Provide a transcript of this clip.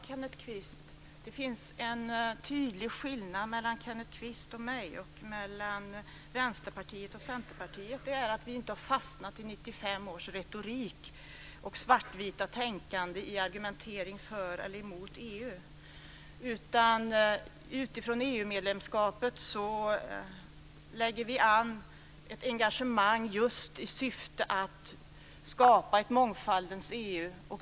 Fru talman! Det finns en tydlig skillnad mellan Kenneth Kvist och mig, och mellan Vänsterpartiet och Centerpartiet, och det är att vi inte har fastnat i 1995 års retorik och svartvita tänkande i argumentering för eller emot EU. Utifrån EU-medlemskapet lägger vi an ett engagemang just i syfte att skapa ett mångfaldens EU.